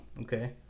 okay